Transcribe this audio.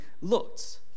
looked